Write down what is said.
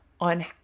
on